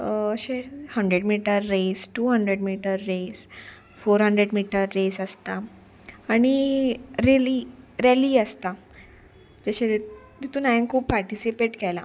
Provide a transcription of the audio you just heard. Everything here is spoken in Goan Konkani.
अशें hundred metre race two hundred metre race four hundred metre race आसता आनी रेली रॅली आसता जशे तितून हांयेन खूब पार्टिसिपेट केला